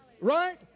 right